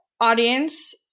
audience